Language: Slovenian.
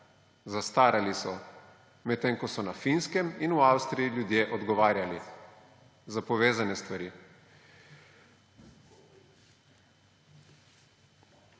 zastarali so, medtem ko so na Finskem in v Avstriji ljudje odgovarjali za povezane stvari.